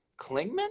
Klingman